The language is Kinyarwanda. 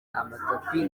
amatapi